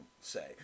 say